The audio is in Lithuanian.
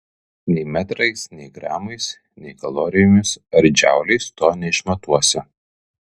nei metrais nei gramais nei kalorijomis ar džauliais to neišmatuosi